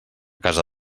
casa